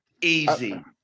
easy